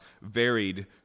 varied